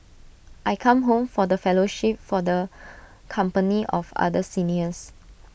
I come home for the fellowship for the company of other seniors